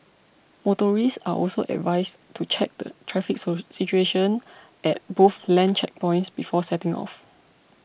motorists are also advised to check the traffic situation at both land checkpoints before setting off